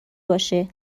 باشه